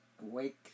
wake